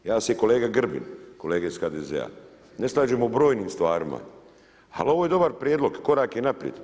Ja se i kolega Grbin, kolege iz HDZ-a, ne slažemo u brojnim stvarima, ali ovo je dobar prijedlog i korak je naprijed.